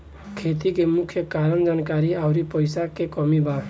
खेती के मुख्य कारन जानकारी अउरी पईसा के कमी बा